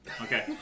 Okay